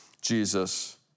Jesus